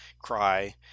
cry